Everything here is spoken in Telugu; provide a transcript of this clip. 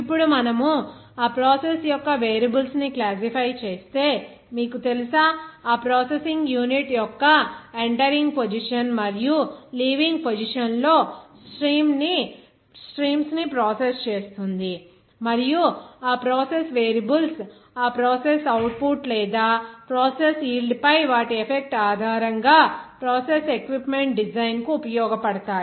ఇప్పుడు మనము ఆ ప్రాసెస్ యొక్క వేరియబుల్స్ ను క్లాసిఫై చేస్తే మీకు తెలుసా ఆ ప్రాసెసింగ్ యూనిట్ యొక్క ఎంటరింగ్ పొజిషన్ మరియు లీవింగ్ పొజిషన్ లో స్ట్రీమ్స్ ని ప్రాసెస్ చేస్తుంది మరియు ఆ ప్రాసెస్ వేరియబుల్స్ ఆ ప్రాసెస్ అవుట్పుట్ లేదా ప్రాసెస్ యీల్డ్ పై వాటి ఎఫెక్ట్ ఆధారంగా ప్రాసెస్ ఎక్విప్మెంట్ డిజైన్ కు ఉపయోగపడతాయి